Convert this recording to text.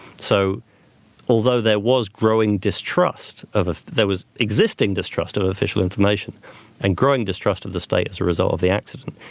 so although there was growing distrust, ah there was existing distrust of official information and growing distrust of the state as a result of the accident,